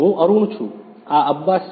હું અરુણ છું આ અબ્બાસ છે